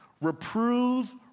Reprove